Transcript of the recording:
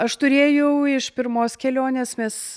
aš turėjau iš pirmos kelionės mes